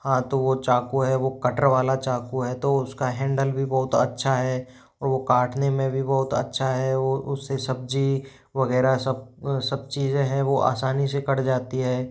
हाँ तो वो चाकू है वो कटर वाला चाकू है तो उसका हैंडल भी बहुत अच्छा है वो काटने में भी बहुत अच्छा है वो उस से सब्ज़ी वग़ैरह सब सब चीज़ें हैं वो आसानी से कट जाती है